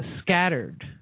scattered